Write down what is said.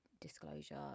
disclosure